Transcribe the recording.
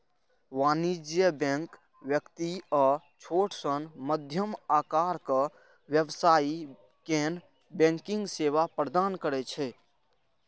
वाणिज्यिक बैंक व्यक्ति आ छोट सं मध्यम आकारक व्यवसायी कें बैंकिंग सेवा प्रदान करै छै